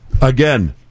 again